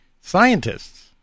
Scientists